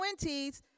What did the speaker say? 20s